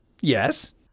Yes